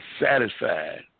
satisfied